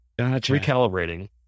recalibrating